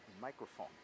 microphone